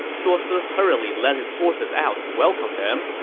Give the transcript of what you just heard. duosi hurriedly led his forces out to welcome them.